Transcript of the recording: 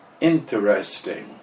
Interesting